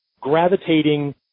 gravitating